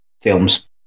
films